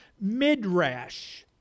midrash